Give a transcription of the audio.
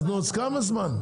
אז כמה זמן?